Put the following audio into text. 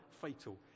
fatal